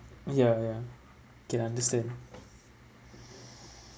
ya ya can understand